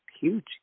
huge